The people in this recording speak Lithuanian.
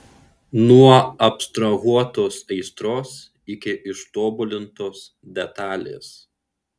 nuo abstrahuotos aistros iki ištobulintos detalės